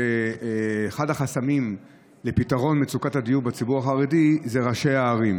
שאחד החסמים לפתרון מצוקת הדיור בציבור החרדי זה ראשי הערים,